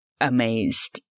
amazed